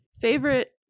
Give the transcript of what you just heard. favorite